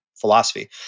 philosophy